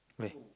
where